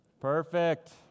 Perfect